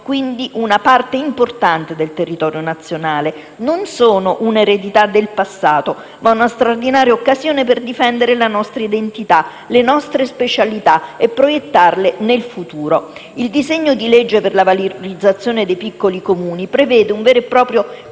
quindi, una parte importante del territorio nazionale. Non sono una eredità del passato, ma una straordinaria occasione per difendere la nostra identità, le nostre specialità e proiettarle nel futuro. Il disegno di legge per la valorizzazione dei piccoli Comuni prevede un vero e proprio Piano